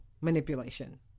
manipulation